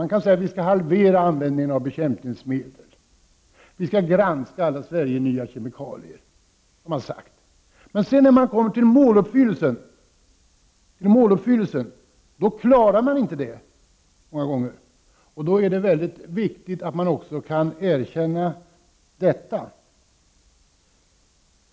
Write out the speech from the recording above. Man kan säga att vi skall halvera användningen av bekämpningsmedel. Vi skall granska alla i Sverige nya kemikalier. Det har man sagt. Men när man kommer till måluppfyllelsen klarar man inte den. Då är det mycket viktigt att man också kan erkänna detta.